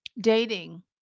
dating